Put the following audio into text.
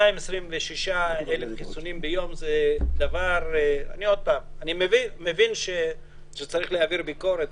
אני מבין שצריך להעביר ביקורת,